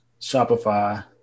Shopify